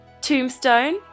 Tombstone